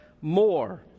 more